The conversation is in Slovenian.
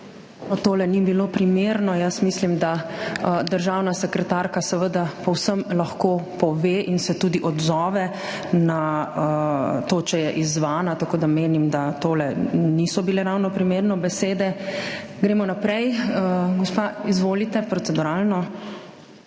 tole ni bilo primerno. Jaz mislim, da državna sekretarka seveda povsem lahko pove in se tudi odzove na to, če je izzvana. Tako da menim, da tole niso bile ravno primerno besede. Gremo naprej. Gospa… Izvolite, proceduralno.